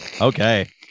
okay